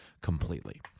completely